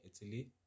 italy